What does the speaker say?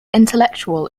intellectual